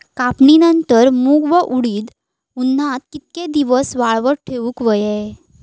कापणीनंतर मूग व उडीद उन्हात कितके दिवस वाळवत ठेवूक व्हये?